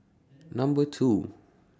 Number two